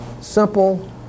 simple